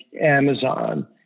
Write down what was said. Amazon